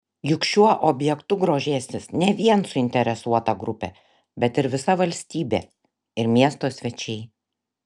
juk šiuo objektu grožėsis ne vien suinteresuota grupė bet ir visa valstybė ir miesto svečiai